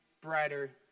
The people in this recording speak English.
brighter